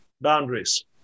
boundaries